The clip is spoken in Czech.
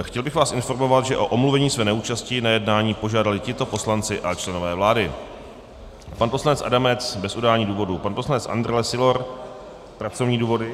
Chtěl bych vás informovat, že o omluvení své neúčasti na jednání požádali tito poslanci a členové vlády: pan poslanec Adamec bez udání důvodu, pan poslanec Andrle Sylor pracovní důvody.